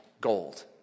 gold